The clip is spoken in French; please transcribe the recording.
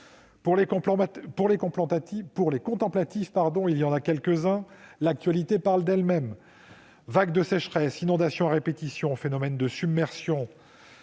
Pour les contemplatifs- il y en a quelques-uns -, l'actualité parle d'elle-même : vagues de sécheresse, inondations à répétition, phénomènes de submersion,